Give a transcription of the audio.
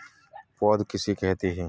पौध किसे कहते हैं?